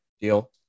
deal